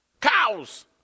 cows